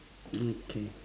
mm k